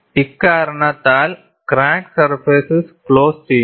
ഇക്കാരണത്താൽ crack surfaces close ചെയ്യുന്നു